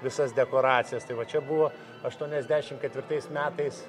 visas dekoracijas tai va čia buvo aštuoniasdešim ketvirtais metais